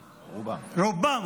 רובם.